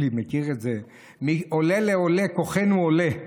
יולי מכיר אותה: מעולה לעולה כוחנו עולה,